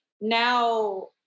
Now